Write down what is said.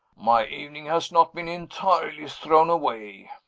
my evening has not been entirely thrown away,